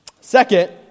Second